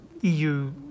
EU